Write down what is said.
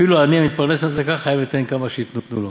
אפילו עני המתפרנס מן הצדקה חייב ליתן ממה שייתנו לו.